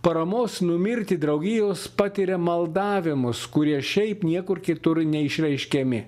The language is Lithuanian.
paramos numirti draugijos patiria maldavimus kurie šiaip niekur kitur neišreiškiami